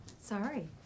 Sorry